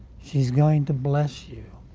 she's going to bless you.